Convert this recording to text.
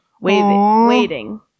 waiting